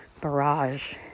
barrage